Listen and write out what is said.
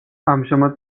ამჟამად